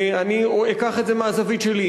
אני אקח את זה מהזווית שלי,